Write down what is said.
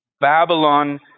Babylon